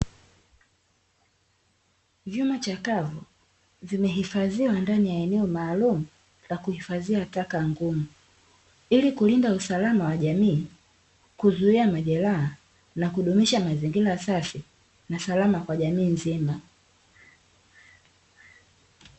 Vyuma chakavu vimehifadhiwa ndani ya eneo maalum la kuhifadhia taka ngumu ilikulinda usalama wa jamii, kuzuia majeraha nakudumisha mazingira safi na salama kwa jamii nzima.